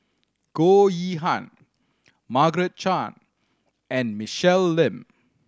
Goh Yihan Margaret Chan and Michelle Lim